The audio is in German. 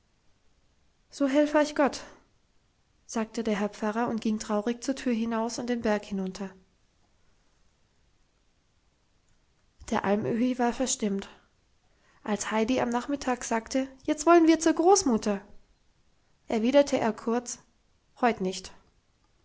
so helf euch gott sagte der herr pfarrer und ging traurig zur tür hinaus und den berg hinunter der alm öhi war verstimmt als heidi am nachmittag sagte jetzt wollen wir zur großmutter erwiderte er kurz heut nicht